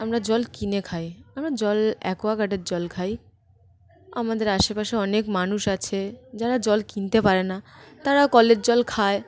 আমরা জল কিনে খাই আমরা জল অ্যাকোয়াগার্ডের জল খাই আমাদের আশেপাশে অনেক মানুষ আছে যারা জল কিনতে পারে না তারা কলের জল খায়